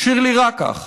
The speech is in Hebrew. שירלי רקח,